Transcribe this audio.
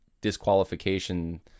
disqualification